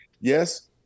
yes